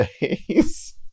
days